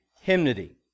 hymnody